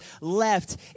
left